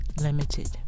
limited